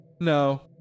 No